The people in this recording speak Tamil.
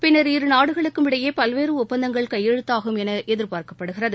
பின்னர் இரு நாடுகளுக்கும் இடையே பல்வேறு ஒப்பந்தங்கள் கையெழுத்தாகும் என எதிர்பார்க்கப்படுகிறது